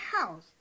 house